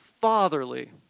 fatherly